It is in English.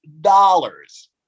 dollars